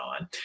on